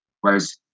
Whereas